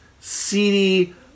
seedy